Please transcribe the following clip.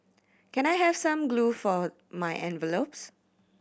can I have some glue for my envelopes